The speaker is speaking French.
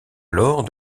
alors